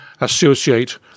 associate